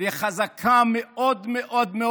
וחזקה מאוד מאוד מאוד,